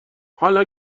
حالا